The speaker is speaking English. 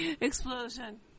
explosion